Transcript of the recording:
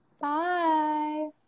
Bye